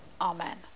Amen